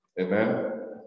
amen